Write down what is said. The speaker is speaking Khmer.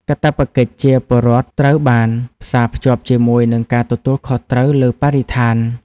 កាតព្វកិច្ចជាពលរដ្ឋត្រូវបានផ្សារភ្ជាប់ជាមួយនឹងការទទួលខុសត្រូវលើបរិស្ថាន។